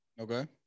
Okay